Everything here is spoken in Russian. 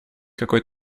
какой